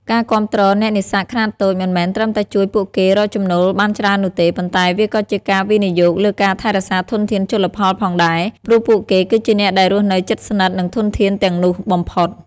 ការគាំទ្រអ្នកនេសាទខ្នាតតូចមិនមែនត្រឹមតែជួយពួកគេរកចំណូលបានច្រើននោះទេ ប៉ុន្តែវាក៏ជាការវិនិយោគលើការថែរក្សាធនធានជលផលផងដែរ ព្រោះពួកគេគឺជាអ្នកដែលរស់នៅជិតស្និទ្ធនឹងធនធានទាំងនោះបំផុត។